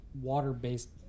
water-based